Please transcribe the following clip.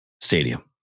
stadium